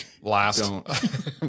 Last